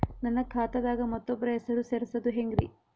ನನ್ನ ಖಾತಾ ದಾಗ ಮತ್ತೋಬ್ರ ಹೆಸರು ಸೆರಸದು ಹೆಂಗ್ರಿ?